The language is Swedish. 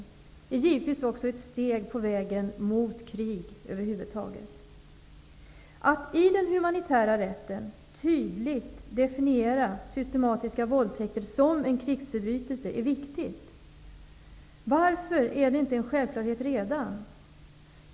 Det är givetvis också ett steg på vägen emot krig över huvud taget. Att i den humanitära rätten tydligt definiera systematiska våldtäkter som en krigsförbrytelse är viktigt. Varför är det redan inte en självklarhet?